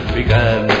began